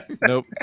Nope